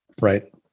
Right